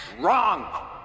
Wrong